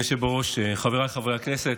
אדוני היושב-ראש, חבריי חברי הכנסת,